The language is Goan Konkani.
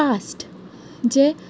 पास्ट जें